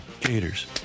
Gators